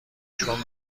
چون